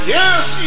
Yes